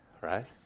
right